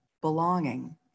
belonging